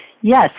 Yes